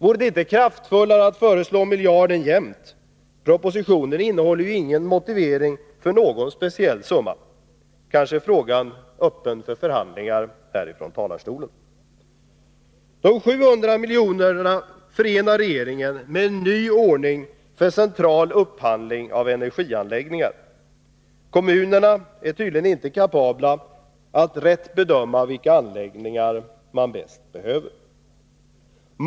Vore det inte kraftfullare att föreslå miljarden jämnt? Propositionen innehåller ju ingen motivering för någon speciell summa över huvud taget. Kanske är frågan öppen för förbehandling härifrån talarstolen. De 700 miljonerna förenar regeringen med en ny ordning för central upphandling av energianläggningar. Kommunerna är tydligen inte kapabla att rätt bedöma vilka anläggningar de bäst behöver.